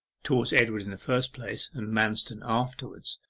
towards edward in the first place, and manston afterwards,